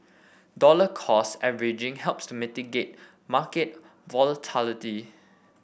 dollar cost averaging helps to mitigate market volatility